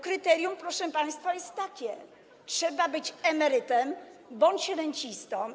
Kryterium, proszę państwa, jest takie: trzeba być emerytem bądź rencistą.